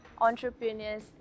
entrepreneurs